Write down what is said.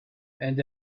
and